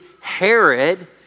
Herod